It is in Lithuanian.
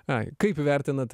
ai kaip vertinat